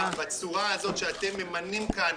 בצורה הזו שאתם ממנים כאן.